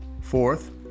fourth